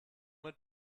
mit